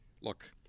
look